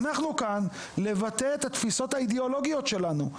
אנחנו כאן כדי לבטא את התפיסות האידאולוגיות שלנו.